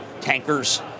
tankers